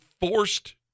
forced